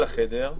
נמצא על החדר.